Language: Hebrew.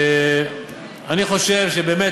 אני חושב שבאמת